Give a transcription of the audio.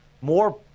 more